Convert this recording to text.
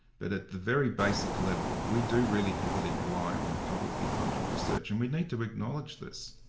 but at the very basic level, we do really heavily rely on publicly-funded research, and we need to acknowledge this.